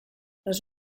les